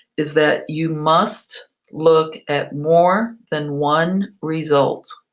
is that you must look at more than one result,